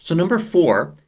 number four.